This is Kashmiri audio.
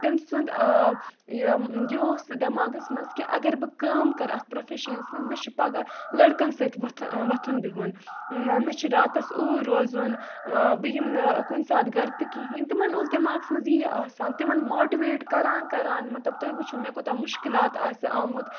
تٔمۍ سُنٛد یہِ یہِ اوس دٮ۪ماغَس منٛز کہِ اگر بہٕ کٲم کَرٕ اَتھ پرٛوفیشَنَس منٛز مےٚ چھُ پَگاہ لٔڑکَن سۭتۍ وۄتھٕ وۄتھُن بِہُن مےٚ چھُ راتَس اوٗرۍ روزُن بہٕ یِم نہٕ کُنہِ ساتہٕ گَرٕ تہِ کِہیٖنۍ تِمَن اوس دٮ۪ماغَس منٛز یی آسان تِمَن ماٹِویٹ کَران کَران مطلب تُہۍ وٕچھِو مےٚ کوٗتاہ مُشکِلات آسہِ آمُت